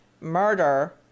murder